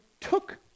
took